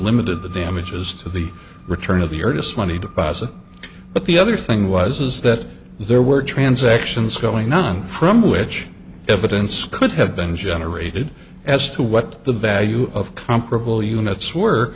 limited the damages to the return of the earnest money deposit but the other thing was is that there were transactions going on from which evidence could have been generated as to what the value of comparable units were